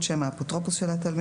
(2) שם האפוטרופוס של התלמיד,